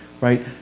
right